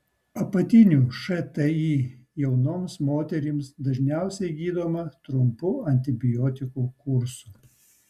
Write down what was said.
apatinių šti jaunoms moterims dažniausiai gydoma trumpu antibiotikų kursu